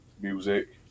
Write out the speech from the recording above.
music